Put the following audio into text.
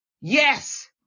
Yes